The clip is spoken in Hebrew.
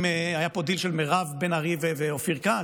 היה פה דיל של מירב בן ארי ואופיר כץ.